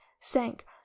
sank